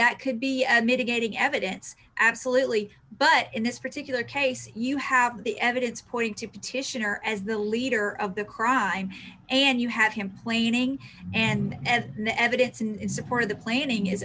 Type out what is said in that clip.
that could be mitigating evidence absolutely but in this particular case you have the evidence pointing to petitioner as the leader of the crime and you have him planing and ethnic evidence in support of the planning is